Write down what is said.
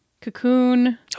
cocoon